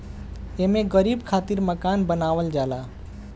एमे गरीब खातिर मकान बनावल जाला